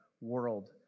world